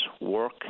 work